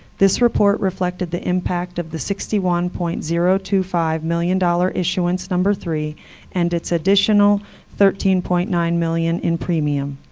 this report reflected the impact of the sixty one point zero two five million dollars issuance number three and its additional thirteen point nine million dollars in premium.